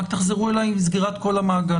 רק תחזרו אליי עם סגירת כל המעגל.